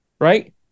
Right